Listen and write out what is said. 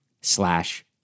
slash